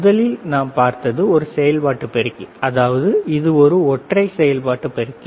முதலில் நாம் பார்த்தது ஒரு செயல்பாட்டுப் பெருக்கி அதாவது இது ஒரு ஒற்றை செயல்பாட்டுப் பெருக்கி